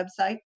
website